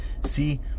see